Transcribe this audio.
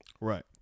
Right